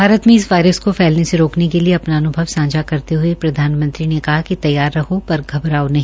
भारत में इस वायरस को फैलने से रोकने के लिए अपना अनुभव सांझा करते हुए प्रधानमंत्री ने कहा कि तैयार रहो पर घबराओ नहीं